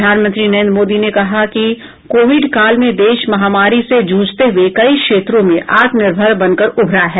प्रधानमंत्री नरेन्द्र मोदी ने कहा कि कोविड काल में देश महामारी से जूझते हुए कई क्षेत्रों में आत्मनिर्भर बनकर उभरा है